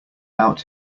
out